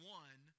one